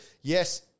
Yes